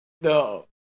no